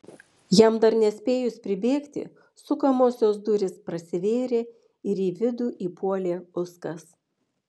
jam dar nespėjus pribėgti sukamosios durys prasivėrė ir į vidų įpuolė uskas